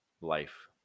life